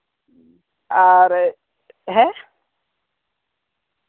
ᱟᱨ ᱦᱮᱸ